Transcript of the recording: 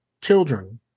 children